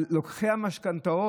על לוקחי המשכנתאות.